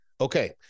Okay